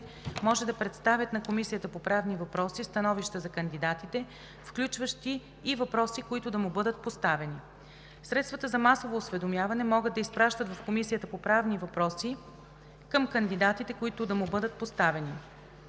може да представят на Комисията по правни въпроси становища за кандидатите, включващи и въпроси, които да му бъдат поставени. Средствата за масово осведомяване могат да изпращат в Комисията по правни въпроси въпроси към кандидатите, които да му бъдат поставени.